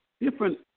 different